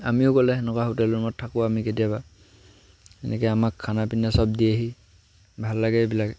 আমিও গ'লে সেনেকুৱা হোটেল ৰুমত থাকোঁ আমি কেতিয়াবা এনেকৈ আমাক খানা পিনা চব দিয়েহি ভাল লাগে এইবিলাকে